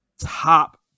Top